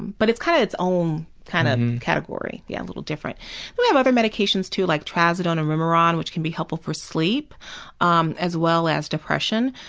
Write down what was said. but it's kind of have its own kind of category. yeah, a little different. we have other medications too like trazodone and remeron, which can be helpful for sleep um as well as depression.